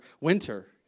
Winter